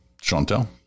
Chantal